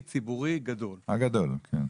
המוסדי, ציבורי, גדול הגדול, כן.